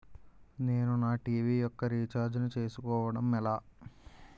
నేను నా టీ.వీ యెక్క రీఛార్జ్ ను చేసుకోవడం ఎలా?